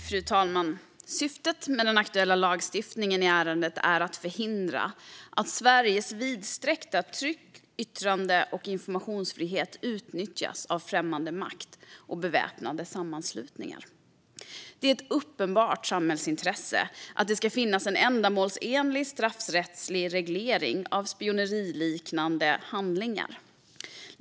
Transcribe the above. Fru talman! Syftet med den aktuella lagstiftningen i ärendet är att förhindra att Sveriges vidsträckta tryck, yttrande och informationsfrihet utnyttjas av främmande makt och beväpnade sammanslutningar. Det är ett uppenbart samhällsintresse att det ska finnas en ändamålsenlig straffrättslig reglering av spioneriliknande handlingar.